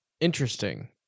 interesting